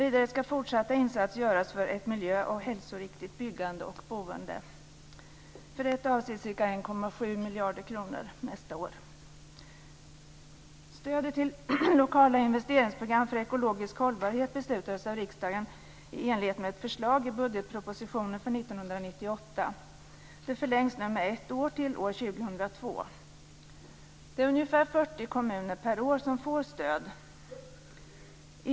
Vidare ska fortsatta insatser göras för ett miljö och hälsoriktigt byggande och boende. För detta avsätts ca 1,7 miljarder kronor nästa år. Stödet till lokala investeringsprogram för ekologisk hållbarhet beslutades av riksdagen i enlighet med ett förslag i budgetpropositionen för 1998. Det förlängs nu med ett år till år 2002. Det är ungefär 40 kommuner per år som får stöd.